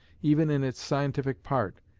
even in its scientific part,